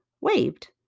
waved